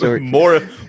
more